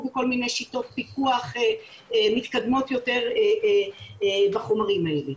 בכל מיני שיטות פיקוח מתקדמות יותר בחומרים האלה.